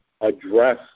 address